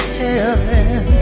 heaven